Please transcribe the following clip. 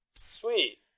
Sweet